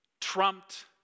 trumped